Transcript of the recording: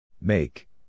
Make